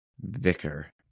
Vicar